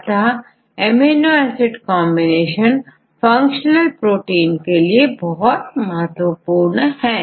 अतः amino acid combination functional protein के लिए बहुत महत्वपूर्ण है